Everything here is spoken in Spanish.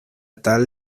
tal